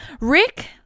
rick